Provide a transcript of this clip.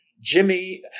Jimmy